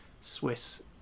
Swiss